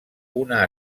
una